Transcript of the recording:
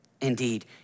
Indeed